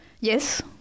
yes